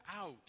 out